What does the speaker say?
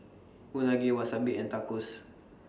Unagi Wasabi and Tacos